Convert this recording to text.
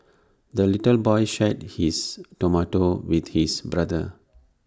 the little boy shared his tomato with his brother